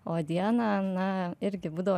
o dieną na irgi būdavo